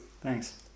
Thanks